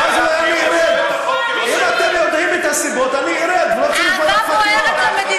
ואז אולי אני אומר, עשינו דיון.